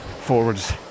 forwards